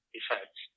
effects